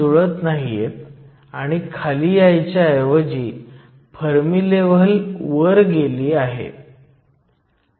372 शिवाय काही नाही तर जर्मेनियमसाठी युनिट व्होल्ट आहे ते सिलिकॉन साठी जास्त 0